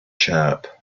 chirp